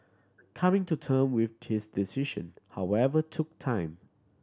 coming to term with his decision however took time